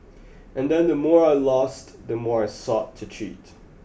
and then the more I lost the more I sought to cheat